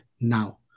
now